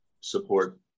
support